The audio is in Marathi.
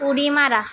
उडी मारा